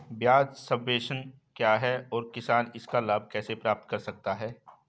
ब्याज सबवेंशन क्या है और किसान इसका लाभ कैसे प्राप्त कर सकता है?